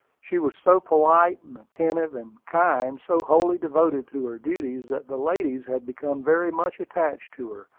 she was so polite, attentive, and kind, so wholly devoted to her duties, that the ladies had become very much attached to her,